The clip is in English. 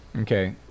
okay